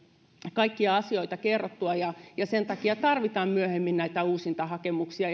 kaikkia asioita kerrottua ja ja sen takia tarvitaan myöhemmin näitä uusintahakemuksia